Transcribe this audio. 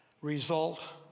result